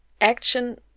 action